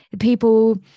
People